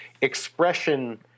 expression